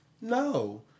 No